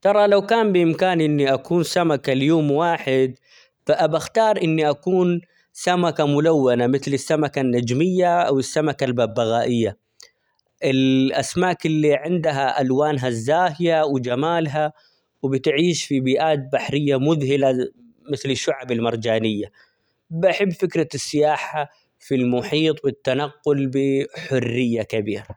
ترى لو كان بإمكاني إني أكون سمكة ليوم واحد ،فأبى أختار إني أكون سمكة ملونة مثل السمكة النجمية ،أو السمكة الببغائية، الأسماك اللي عندها ألوانها الزاهية ،وجمالها ،وبتعيش فى بيئات بحريةمذهلة -زى- مثل الشعب المرجانية ،بحب فكرة السياحة فى المحيط والتنقل ب حرية كبيرة.